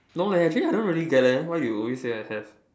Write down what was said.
no leh actually I don't really get that why you always say I have